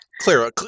Clear